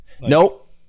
Nope